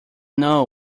know